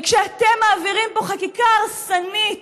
וכשאתם מעבירים פה חקיקה הרסנית